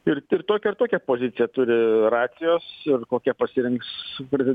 ir tokią ir tokią poziciją turi racijos ir kokią pasirinks